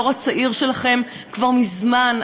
הדור הצעיר שלכם כבר מזמן,